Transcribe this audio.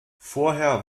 vorher